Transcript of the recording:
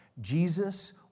Jesus